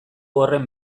horren